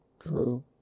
True